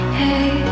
hey